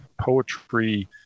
poetry